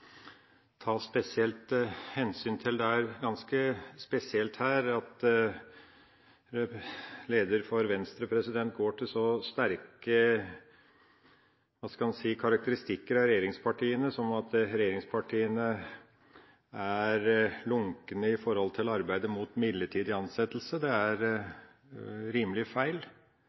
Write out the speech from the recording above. ta spesielt hensyn til. Det er ganske spesielt at lederen for Venstre går til så sterke – hva skal en si – karakteristikker av regjeringspartiene, som at regjeringspartiene er lunkne når det gjelder arbeidet mot midlertidige ansettelser. Det er rimelig feil.